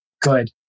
Good